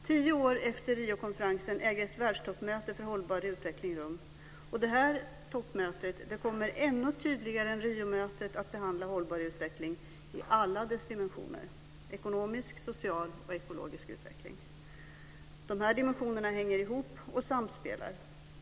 Tio år efter Riokonferensen äger ett världstoppmöte för hållbar utveckling rum. Det här toppmötet kommer ännu tydligare än Riomötet att behandla hållbar utveckling i alla dess dimensioner - ekonomisk, social och ekologisk utveckling. De här dimensionerna hänger ihop och samspelar.